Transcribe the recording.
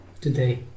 today